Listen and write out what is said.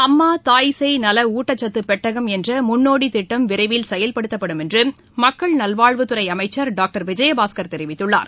அம்மா தாய்சேய் நல ஊட்டக்கத்து பெட்டகம் என்ற முன்னோடி திட்டம் விரைவில் செயல்படுத்தப்படும் என்று மக்கள் நல்வாழ்வுத் துறை அமைச்சர் டாக்டர் விஜயபாஸ்கர் தெரிவித்துள்ளார்